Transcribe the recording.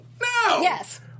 yes